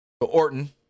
Orton